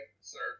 Sir